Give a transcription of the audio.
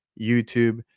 YouTube